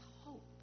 hope